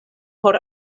por